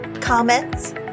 comments